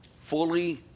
fully